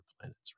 planets